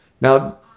Now